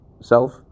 self